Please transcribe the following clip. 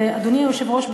ואדוני היושב-ראש,